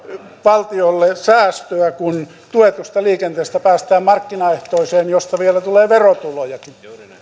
valtiolle säästöä kun tuetusta liikenteestä päästään markkinaehtoiseen josta vielä tulee verotulojakin